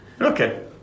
Okay